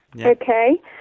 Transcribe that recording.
Okay